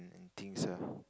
and things ah